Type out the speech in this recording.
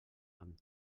amb